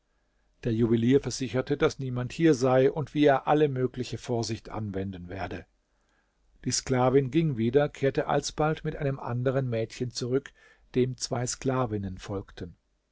der juwelier versicherte daß niemand hier sei und wie er alle mögliche vorsicht anwenden werde die sklavin ging wieder kehrte alsbald mit einem anderen mädchen zurück dem zwei sklavinnen folgten